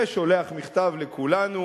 ושולח מכתב לכולנו,